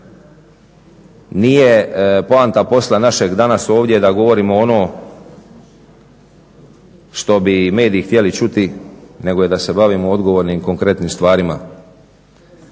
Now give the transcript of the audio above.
Nije poanta posla našeg danas ovdje da govorimo ono što bi mediji htjeli čuti, nego je da se bavimo odgovornim, konkretnim stvarima.